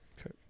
Okay